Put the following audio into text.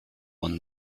one